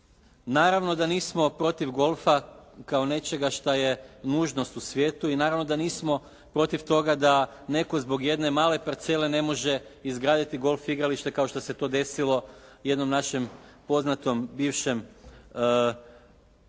naravno da nismo protiv golfa kao nečega šta je nužnost u svijetu i naravno da nismo protiv toga da netko zbog jedne male parcele ne može izgraditi golf igralište kao što se to desilo jednom našem poznatom bivšem igraču